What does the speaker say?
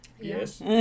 Yes